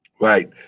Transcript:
Right